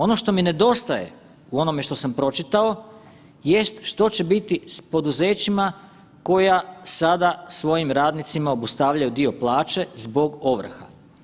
Ono što mi nedostaje u onome što sam pročitao jest što će biti s poduzećima koja sada svojim radnicima obustavljaju dio plaće zbog ovrha.